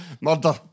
murder